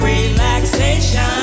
Relaxation